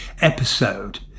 episode